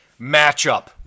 matchup